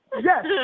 Yes